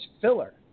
filler